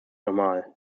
normal